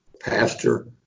pastor